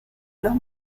los